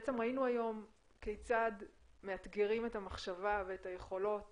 בעצם ראינו היום כיצד מאתגרים את המחשבה ואת היכולות